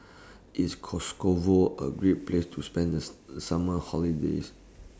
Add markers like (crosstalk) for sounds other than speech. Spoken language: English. IS (unintelligible) A Great Place to spend This The Summer holidays